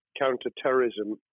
counter-terrorism